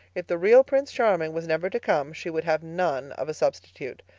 if the real prince charming was never to come she would have none of a substitute.